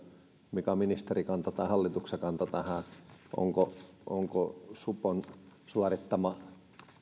mikä on ministerin kanta tai hallituksen kanta tähän onko supon suorittama